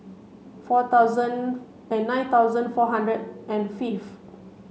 four thousand and nine thousand four hundred and fifth